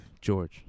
George